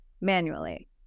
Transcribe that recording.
manually